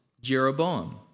Jeroboam